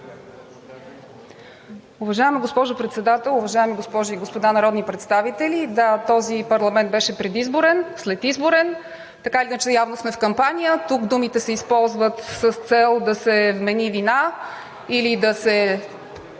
Уважаема госпожо Председател, уважаеми госпожи и господа народни представители! Да, този парламент беше предизборен, следизборен. Така или иначе явно сме в кампания – тук думите се използват с цел да се вмени вина или да се